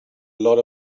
lot